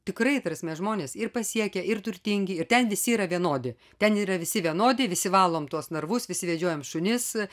tikrai ta prasme žmonės ir pasiekę ir turtingi ir ten visi yra vienodi ten yra visi vienodi visi valom tuos narvus visi vedžiojam šunis